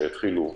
שיתחילו,